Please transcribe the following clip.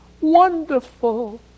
Wonderful